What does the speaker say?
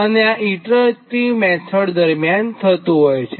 અને આ iterative method દરમિયાન થતું હોય છે